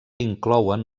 inclouen